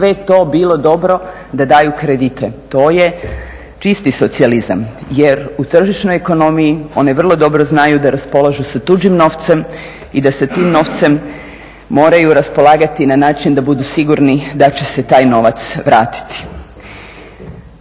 sve to bilo dobro da daju kredite. To je čisti socijalizam, jer u tržišnoj ekonomiji one vrlo dobro znaju da raspolažu sa tuđim novcem i da se tim novcem moraju raspolagati na način da budu sigurni da će se taj novac vratiti.